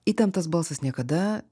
įtemptas balsas niekada